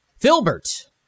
Filbert